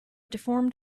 deformed